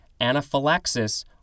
anaphylaxis